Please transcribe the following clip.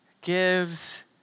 gives